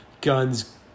guns